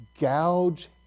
Gouge